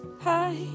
Hi